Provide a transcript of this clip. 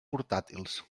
portàtils